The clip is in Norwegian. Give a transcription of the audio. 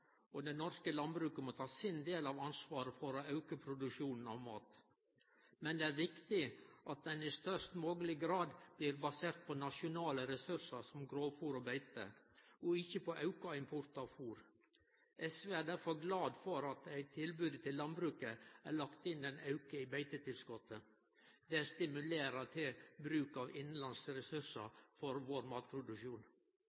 og det norske landbruket må ta sin del av ansvaret for å auke produksjonen av mat. Men det er viktig at han i størst mogleg grad blir basert på nasjonale resurssar, som grovfôr og beite, og ikkje på auka import av fôr. SV er derfor glad for at det i tilbodet til landbruket er lagt inn ein auke i beitetilskotet. Det stimulerer til bruk av innanlandske